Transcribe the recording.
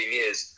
years